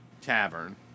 Tavern